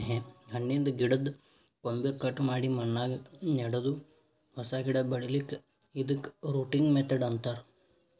ಒಂದ್ ಹಣ್ಣಿನ್ದ್ ಗಿಡದ್ದ್ ಕೊಂಬೆ ಕಟ್ ಮಾಡಿ ಮಣ್ಣಾಗ ನೆಡದು ಹೊಸ ಗಿಡ ಬೆಳಿಲಿಕ್ಕ್ ಇದಕ್ಕ್ ರೂಟಿಂಗ್ ಮೆಥಡ್ ಅಂತಾರ್